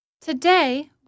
Today